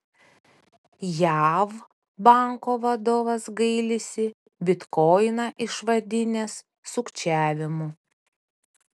jav banko vadovas gailisi bitkoiną išvadinęs sukčiavimu